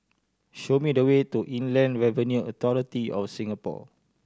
show me the way to Inland Revenue Authority of Singapore